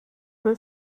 will